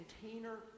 container